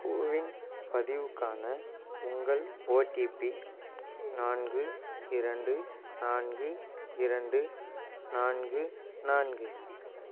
CoWIN பதிவுக்கான உங்கள் OTP நான்கு இரண்டு நான்கு இரண்டு நான்கு நான்கு